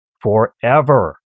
forever